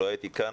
לא הייתי כאן,